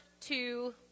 two